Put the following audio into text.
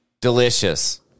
Delicious